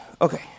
Okay